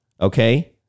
okay